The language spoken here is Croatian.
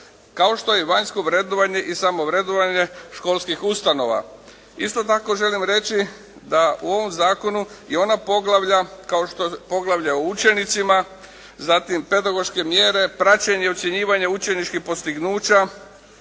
kao što je i vanjsko vrednovanje i samo vrednovanje školskih ustanova. Isto tako, želim reći da u ovom zakonu i ona poglavlja kao što je poglavlje o učenicima, zatim pedagoške mjere, praćenje i ocjenjivanje učeničkih postignuća